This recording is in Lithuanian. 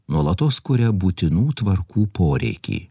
nuolatos kuria būtinų tvarkų poreikį